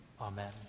Amen